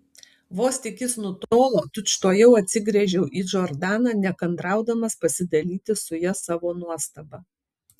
vos tik jis nutolo tučtuojau atsigręžiau į džordaną nekantraudamas pasidalyti su ja savo nuostaba